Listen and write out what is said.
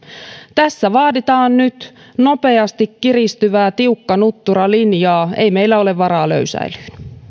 tässä vaaditaan nyt nopeasti kiristyvää tiukka nuttura linjaa ei meillä ole varaa löysäilyyn